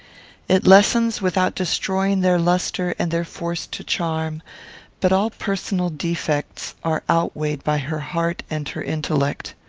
it lessens without destroying their lustre and their force to charm but all personal defects are outweighed by her heart and her intellect.